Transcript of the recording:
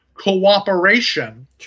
cooperation